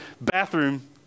bathroom